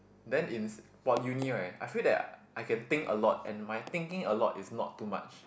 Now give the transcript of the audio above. then in s~ !wah! uni right I feel that I can think a lot and my thinking a lot is not too much